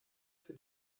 für